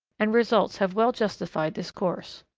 and results have well justified this course.